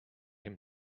him